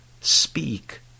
Speak